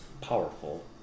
powerful